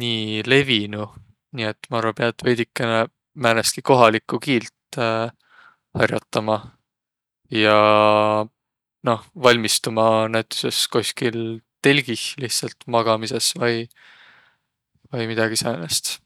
nii levinüq. Nii et maq arva, piät veidikene määnestki kohalikku kiilt har'otama. Ja noh, valmistuma näütüses kohkil telgih lihtsält magamisõs vai vai midägi säänest.